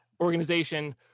organization